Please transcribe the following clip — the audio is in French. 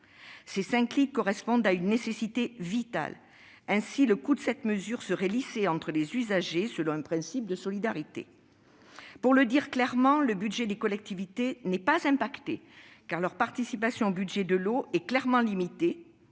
Ces cinq litres correspondent à une nécessité vitale. Le coût de cette mesure serait lissé entre les usagers selon un principe de solidarité. Pour le dire clairement, le budget des collectivités n'est pas impacté, car leur participation au budget de l'eau est clairement limitée,